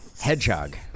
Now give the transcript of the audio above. Hedgehog